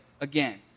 again